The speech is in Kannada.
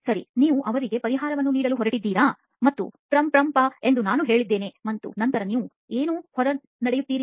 ಸರಿ ನೀವು ಅವರಿಗೆ ಪರಿಹಾರವನ್ನು ನೀಡಲು ಹೊರಟಿದ್ದೀರಾ ಮತ್ತು ಪಮ್ ಪ್ರಮ್ ಪಾಮ್ ಎಂದು ನಾನು ಹೇಳಿದ್ದೇನೆ ಮತ್ತು ನಂತರ ನೀವು ಏನು ಹೊರ ನಡೆಯುತ್ತೀರಿ